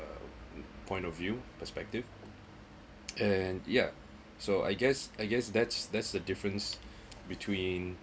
point of view perspective and yeah so I guess I guess that's that's the difference between